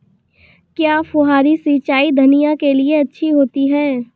क्या फुहारी सिंचाई धनिया के लिए अच्छी होती है?